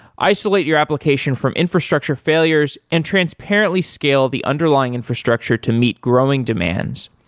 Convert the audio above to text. isolate your application from infrastructure failures and transparently scale the underlying infrastructure to meet growing demands,